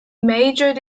majored